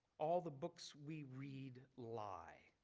all the books we read lie.